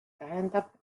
tähendab